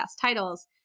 titles